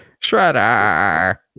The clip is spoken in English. Shredder